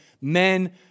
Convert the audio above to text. men